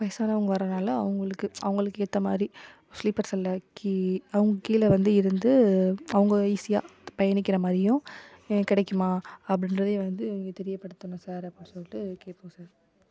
வயசானவங்க வர்றதுனால அவங்களுக்கு அவங்களுக்கு ஏற்ற மாதிரி ஸ்லீப்பர் செல்லில் அவங்க கீழே வந்து இருந்து அவங்க ஈஸியாக பயணிக்கிற மாதிரியும் கிடைக்குமா அப்டின்றதையும் வந்து தெரியப்படுத்தணும் சார் அப்படின்னு சொல்லிட்டு கேட்போம் சார்